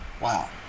Wow